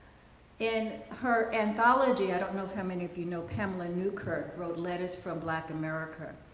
in her anthology, i don't know how many of you know pamela newkirk, wrote letters from black america.